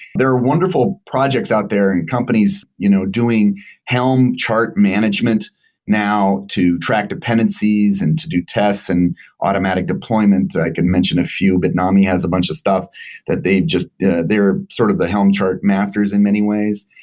there are wonderful projects out there and companies you know doing helm chart management now to track dependencies and to do tests and automatic deployments. i can mention a few. bitnami has a bunch of stuff that they've just they're sort of the helm chart masters in many ways.